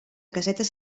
casetes